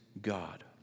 God